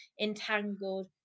entangled